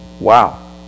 wow